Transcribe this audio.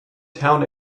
town